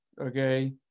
okay